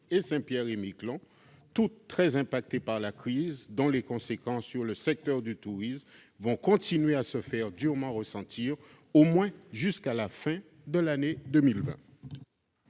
et Saint-Pierre-et-Miquelon, toutes très impactées par la crise, dont les conséquences sur le secteur du tourisme vont continuer à se faire durement ressentir au moins jusqu'à la fin de l'année 2020.